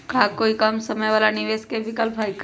का कोई कम समय वाला निवेस के विकल्प हई?